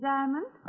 Diamond